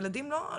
ילדים לא,